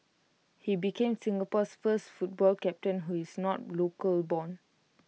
he became Singapore's first football captain who is not local born